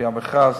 לפי המכרז,